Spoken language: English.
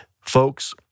Folks